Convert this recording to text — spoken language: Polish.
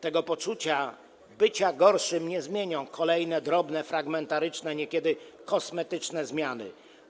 Tego poczucia bycia gorszym nie zmienią kolejne drobne, fragmentaryczne, niekiedy kosmetyczne zmiany.